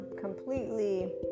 completely